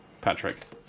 Patrick